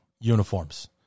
uniforms